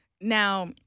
Now